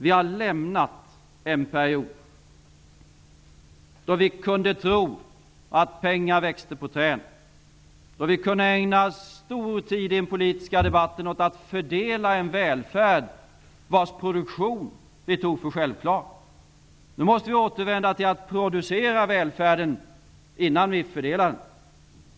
Vi har lämnat den period då vi kunde tro att pengar växte på träd, då vi kunde ägna stor tid i den politiska debatten åt att fördela en välfärd vars produktion vi tog för självklar. Nu måste vi återvända till att producera välfärden innan vi fördelar den.